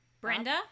Brenda